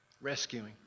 rescuing